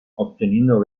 obteniendo